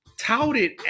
touted